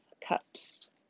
cups